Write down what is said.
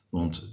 want